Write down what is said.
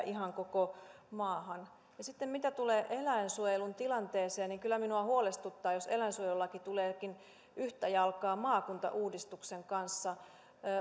ihan koko maahan sitten mitä tulee eläinsuojelun tilanteeseen niin kyllä minua huolestuttaa jos eläinsuojelulaki tuleekin yhtä jalkaa maakuntauudistuksen kanssa